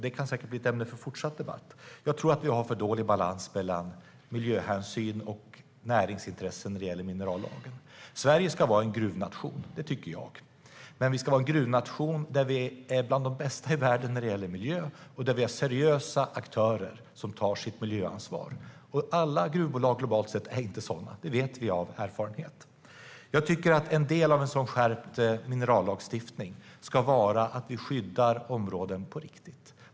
Det kan säkert bli ett ämne för fortsatt debatt. Jag tror att vi har för dålig balans mellan miljöhänsyn och näringsintressen när det gäller minerallagen. Sverige ska vara en gruvnation, tycker jag. Men vi ska vara en gruvnation där vi är bland de bästa i världen när det gäller miljö och där vi är seriösa aktörer som tar vårt miljöansvar. Alla gruvbolag globalt sett är inte sådana. Det vet vi av erfarenhet. Jag tycker att en del av en sådan skärpt minerallagstiftning ska vara att vi skyddar områden på riktigt.